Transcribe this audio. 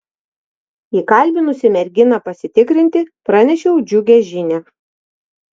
įkalbinusi merginą pasitikrinti pranešiau džiugią žinią